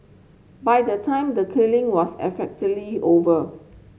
by the time the killing was effectively over